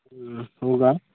हो का